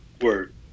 word